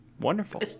wonderful